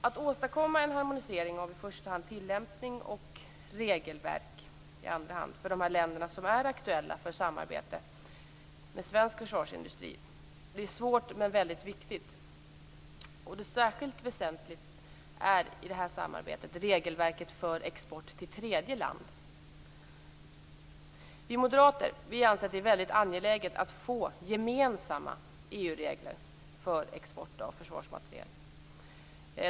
Att åstadkomma en harmonisering av i första hand tillämpning och i andra hand regelverk för de länder som är aktuella för samarbete med svensk försvarsindustri är svårt men viktigt. Det som är särskilt väsentligt i det här samarbetet är regelverket för export till tredje land. Vi moderater anser att det är angeläget att få gemensamma EU-regler för export av försvarsmateriel.